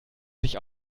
sich